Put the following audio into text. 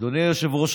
אדוני היושב-ראש,